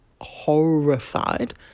horrified